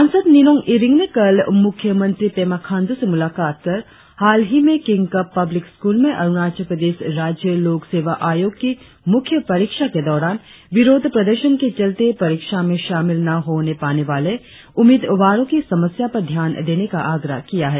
सांसद निनोंग इरिंग ने कल मुख्य मंत्री पेमा खांड्र से मुलाकात कर हाल ही में किंगकप पब्लिक स्कूल में अरुणाचल प्रदेश राज्य लोक सेवा आयोग की मुख्य परीक्षा के दौरान विरोध प्रदर्शन के चलते परीक्षा में शामिल न हो पाने वाले उम्मीदवारों की समस्या पर ध्यान देने का आग्रह किया है